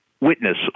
witness